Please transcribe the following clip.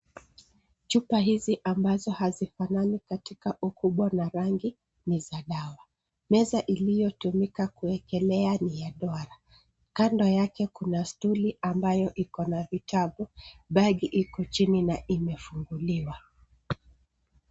Chupa hizi ambazo hazifanani katika ukubwa na rangi ni za dawa. Meza iliyo tumika kuwekelea ni ya duara. Kando yake kuna stuli ambayo iko na vitabu. Bagi iko chini na imefunguliwa